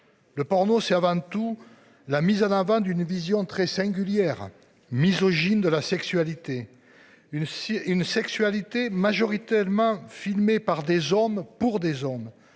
Le porno c'est avant tout la mise en avant d'une vision très singulière misogyne de la sexualité. Une une sexualité majoritairement filmées par des hommes pour des hommes